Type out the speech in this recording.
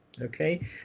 Okay